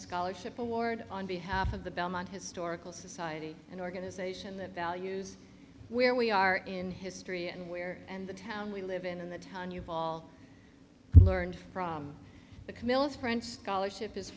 scholarship award on behalf of the belmont historical society an organization that values where we are in history and where and the town we live in and the town you've all learned the camillus french scholarship is